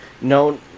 no